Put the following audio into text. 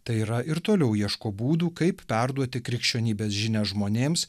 tai yra ir toliau ieško būdų kaip perduoti krikščionybės žinią žmonėms